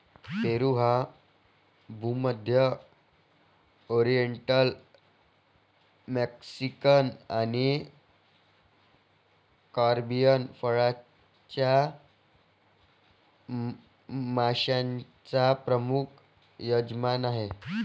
पेरू हा भूमध्य, oriental, Mexican आणि कॅरिबियन फळांच्या माश्यांचा प्रमुख यजमान आहे